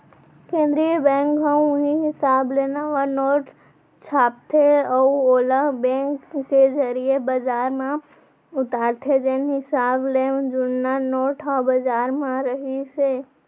केंद्रीय बेंक ह उहीं हिसाब ले नवा नोट छापथे अउ ओला बेंक के जरिए बजार म उतारथे जेन हिसाब ले जुन्ना नोट ह बजार म रिहिस हे